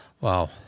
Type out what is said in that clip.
Wow